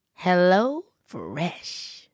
HelloFresh